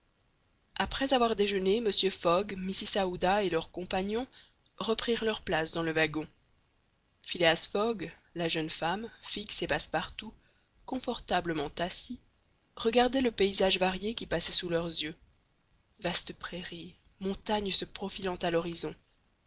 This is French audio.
après avoir déjeuné mr fogg mrs aouda et leurs compagnons reprirent leur place dans le wagon phileas fogg la jeune femme fix et passepartout confortablement assis regardaient le paysage varié qui passait sous leurs yeux vastes prairies montagnes se profilant à l'horizon